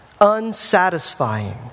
unsatisfying